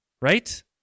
Right